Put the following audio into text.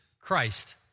Christ